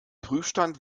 prüfstand